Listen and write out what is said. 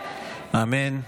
אמן.